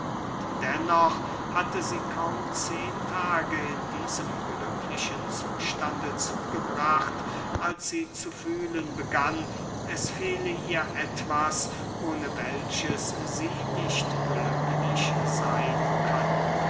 und dennoch hatte sie kaum zehen tage in diesem glücklichen zustande zugebracht als sie zu fühlen begann es fehle ihr etwas ohne welches sie nicht glücklich seyn könne